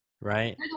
Right